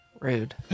Rude